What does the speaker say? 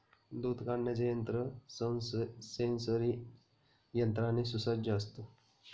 दूध काढण्याचे यंत्र सेंसरी यंत्राने सुसज्ज असतं